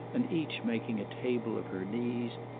and each making a table of her knees,